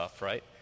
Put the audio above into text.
right